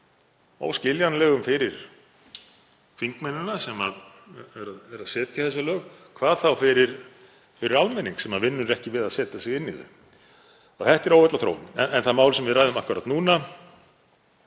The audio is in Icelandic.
óskiljanlegum fyrir þingmennina sem eru að setja þessi lög, hvað þá fyrir almenning sem vinnur ekki við að setja sig inn í þau. Þetta er óheillaþróun. Það mál sem við ræðum akkúrat núna